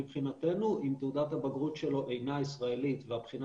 מבחינתנו אם תעודת הבגרות שלו אינה ישראלית והבחינה